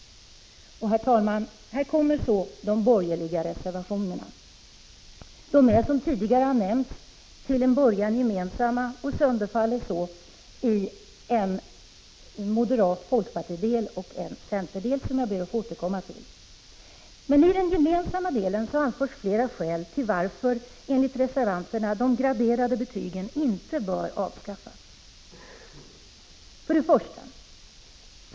; Herr talman! Här kommer så de borgerliga reservationerna. De är, som tidigare har nämnts, till en början gemensamma, men sönderfaller på slutet i ett moderatoch folkpartikrav samt ett centerkrav. Jag ber att få återkomma till det senare. I den gemensamma delen anförs flera skäl till att, enligt reservanterna, de graderade betygen inte bör avskaffas. 1.